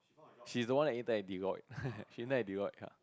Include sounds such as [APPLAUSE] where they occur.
she's the one that intern at Deloitte [LAUGHS] she now at Deloitte ya